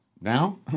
Now